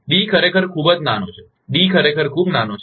D ખરેખર ખૂબ જ નાનો છે ડી ખરેખર ખૂબ નાનો છે